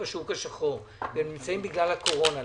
ובשוק השחור והם נמצאים שם בגלל הקורונה.